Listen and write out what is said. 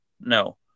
No